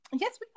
Yes